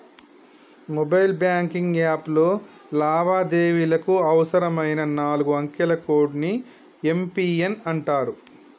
mobile banking యాప్లో లావాదేవీలకు అవసరమైన నాలుగు అంకెల కోడ్ ని యం.పి.ఎన్ అంటరు